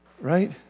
Right